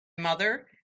mother